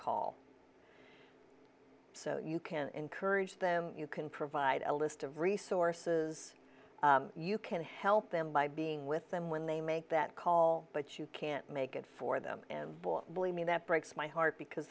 call so you can encourage them you can provide a list of resources you can help them by being with them when they make that call but you can't make it for them and believe me that breaks my heart because